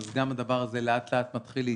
אז גם הדבר הזה לאט-לאט מתחיל להתייצב.